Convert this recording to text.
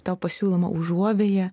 tau pasiūloma užuovėja